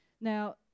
Now